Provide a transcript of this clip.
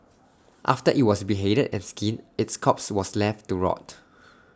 after IT was beheaded and skinned its corpse was left to rot